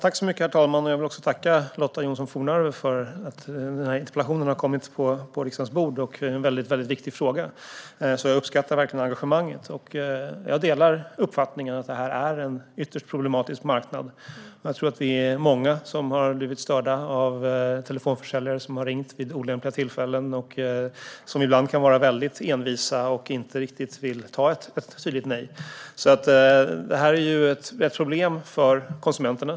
Herr talman! Jag vill tacka Lotta Johnsson Fornarve för att den här interpellationen har kommit på riksdagens bord. Den tar upp en väldigt viktig fråga, så jag uppskattar verkligen engagemanget. Jag delar uppfattningen att det här är en ytterst problematisk marknad. Jag tror att vi är många som har blivit störda av telefonförsäljare som har ringt vid olämpliga tillfällen och som ibland kan vara väldigt envisa och inte riktigt vill ta ett tydligt nej. Det här är ett problem för konsumenterna.